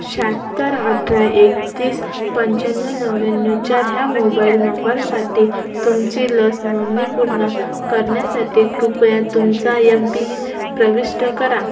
शाहत्तर अठरा एकतीस पंच्याण्णव नव्याण्णव चार ह्या मोबाईल नंबरसाठी तुमची लस नोंदणी पूर्ण करण्यासाठी कृपया तुमचा यमपि प्रविष्ट करा